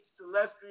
celestial